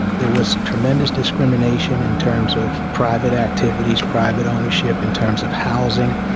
there was tremendous discrimination in terms of private activities, private ownership, in terms of housing,